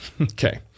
Okay